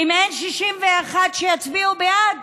אם אין 61 שיצביעו בעד,